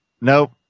Nope